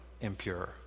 impure